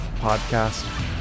podcast